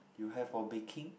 you have for baking